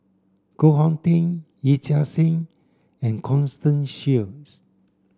Koh Hong Teng Yee Chia Hsing and Constance Sheares